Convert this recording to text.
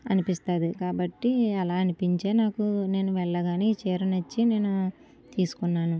అనిపిస్తుంది కాబట్టి అలా అనిపించే నాకు నేను వెళ్ళగానే ఈ చీర నచ్చి నేను తీసుకున్నాను